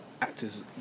actors